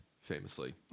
famously